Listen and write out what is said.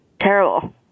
terrible